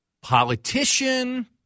Politician